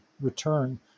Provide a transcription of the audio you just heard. return